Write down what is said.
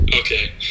okay